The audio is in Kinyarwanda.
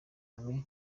amis